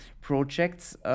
projects